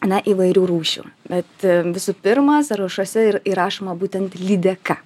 na įvairių rūšių bet visų pirma sąrašuose ir įrašoma būtent lydeka